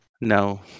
No